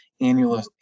annual